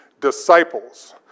disciples